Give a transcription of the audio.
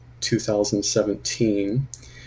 2017